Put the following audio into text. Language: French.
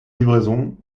livraisons